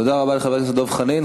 תודה רבה לחבר הכנסת דב חנין.